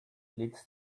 leads